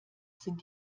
sind